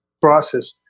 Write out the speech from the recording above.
process